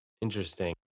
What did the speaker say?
Interesting